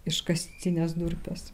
iškastines durpes